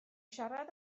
siarad